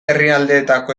herrialdeetako